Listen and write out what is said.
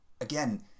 again